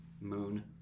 moon